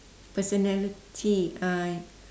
personality uh